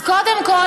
אז קודם כול,